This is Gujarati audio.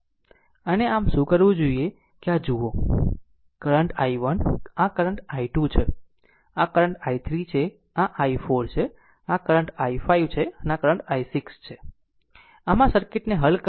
અને આમ શું કરવું જોઈએ કે આ જુઓ કરંટ i1 આ કરંટ i 2 છે આ કરંટ i3 છે આ i4 છે આ કરંટ i5 છે અને આ કરંટ i6 છે આમ આ સર્કિટને હલ કરવી પડશે